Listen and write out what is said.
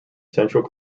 central